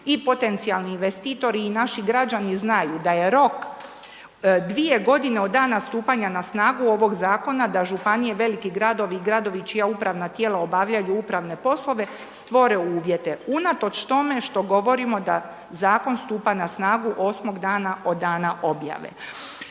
i potencijalni investitori i naši građani znaju da je rok 2 godine od dana stupanja na snagu ovog zakona, da županije, veliki gradovi i gradovi čija upravna tijela obavljaju upravne poslove stvore uvjete, unatoč tome što govorimo da zakon stupa na snagu 8. dana od dana objave.